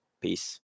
peace